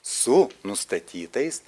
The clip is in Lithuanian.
su nustatytais